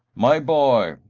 my boy,